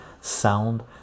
sound